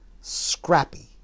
scrappy